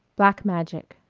black magic